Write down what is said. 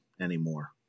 anymore